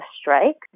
strike